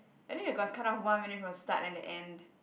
I think we got cut off one minute from start then the end